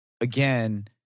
again